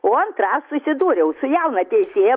o antra aš susidūriau su jauna teisėja